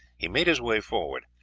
he made his way forward,